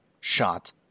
shot